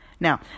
Now